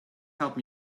help